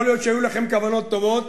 יכול להיות שהיו לכם כוונות טובות.